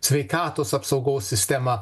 sveikatos apsaugos sistema